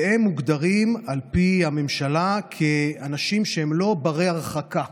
והם מוגדרים על פי הממשלה כאנשים שהם לא בני הרחקה,